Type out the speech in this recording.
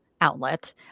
Outlet